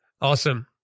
Awesome